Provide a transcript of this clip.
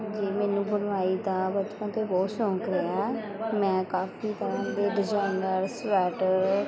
ਜੇ ਮੈਨੂੰ ਬੁਣਵਾਈ ਦਾ ਬਚਪਨ ਤੋਂ ਬਹੁਤ ਸ਼ੌਂਕ ਰਿਹਾ ਹੈ ਮੈਂ ਕਾਫੀ ਤਰ੍ਹਾਂ ਦੇ ਡਿਜ਼ਾਇਨਰ ਸਵੈਟਰ